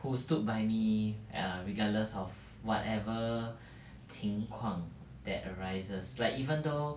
who stood by me err regardless of whatever 情况 that arises like even though